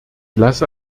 lasse